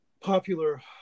popular